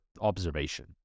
observation